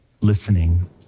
listening